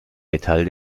metall